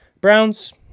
Browns